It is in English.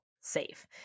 safe